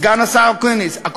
סגן השר אקוניס.